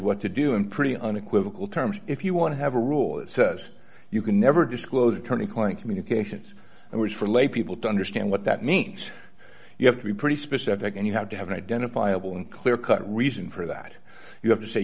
what to do in pretty unequivocal terms if you want to have a rule that says you can never disclosed turny client communications and which for lay people to understand what that means you have to be pretty specific and you have to have an identifiable and clear cut reason for that you have to say